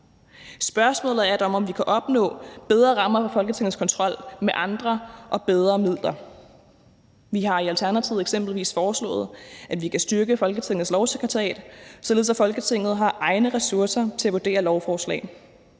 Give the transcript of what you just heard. Spørgsmålet er dog, om vi kan opnå bedre rammer for Folketingets kontrol med andre og bedre midler. Vi har i Alternativet eksempelvis foreslået, at man kan styrke Folketingets Lovsekretariat, således at Folketinget har egne ressourcer til at vurdere lovforslag.